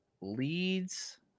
leads